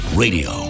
radio